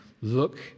look